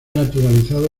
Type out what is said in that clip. naturalizado